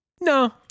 no